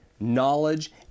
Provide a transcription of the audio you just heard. Knowledge